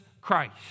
Christ